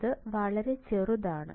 അത് വളരെ ചെറുതാണ്